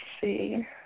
see